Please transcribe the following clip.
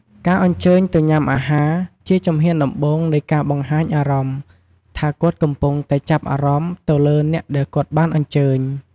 ការអញ្ជើញទៅញ៉ាំអាហារ ជាជំហានដំបូងនៃការបង្ហាញអារម្មណ៍ថាគាត់កំពុងតែចាប់អារម្មណ៍ទៅលើអ្នកដែលគាត់បានអញ្ជើញ។